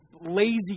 lazy